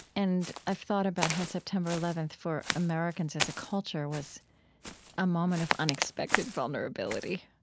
and i've thought about how september eleven for americans as a culture was a moment of unexpected vulnerability.